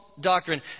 doctrine